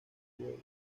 noruego